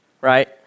Right